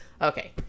okay